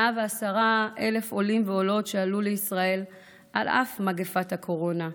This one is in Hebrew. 110,000 עולים ועולות שעלו לישראל על אף מגפת הקורונה,